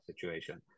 situation